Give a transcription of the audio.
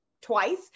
twice